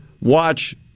watch